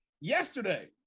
yesterday